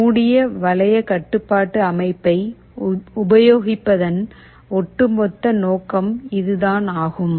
மூடிய வளைய கட்டுப்பாட்டு அமைப்பைக் உபயோகிப்பதன் ஒட்டுமொத்த நோக்கம் இதுதான் ஆகும்